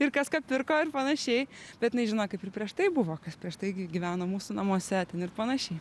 ir kas ką pirko ir panašiai bet jinai žino kaip ir prieš tai buvo kas prieš tai gi gyveno mūsų namuose ten ir panašiai